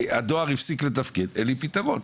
הדואר לידי הפסיק לתפקד ואין לי פתרון.